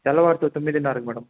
తెల్లవారితే తొమ్మిదిన్నరకి మేడం